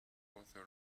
author